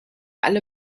alle